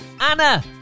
Anna